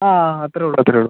ആ ആ അത്രെ ഉള്ളൂ അത്രെ ഉള്ളൂ